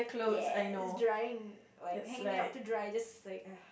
ya drying like hanging up to dry just like